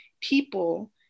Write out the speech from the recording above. people